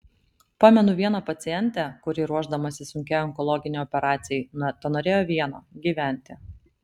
pamenu vieną pacientę kuri ruošdamasi sunkiai onkologinei operacijai tenorėjo vieno gyventi